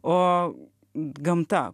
o gamta